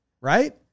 right